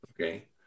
okay